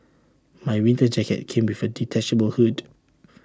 my winter jacket came with A detachable hood